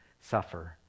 suffer